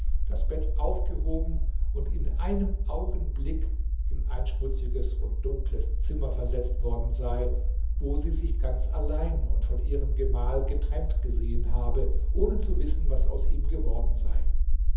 das bett aufgehoben und in einem augenblick in ein schmutziges und dunkles zimmer versetzt worden sei wo sie sich ganz allein und von ihrem gemahl getrennt gesehen habe ohne zu wissen was aus ihm geworden sei